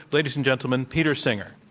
ladies and gentlemen, peter singer.